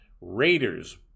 raiders